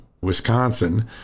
Wisconsin